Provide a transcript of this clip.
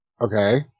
Okay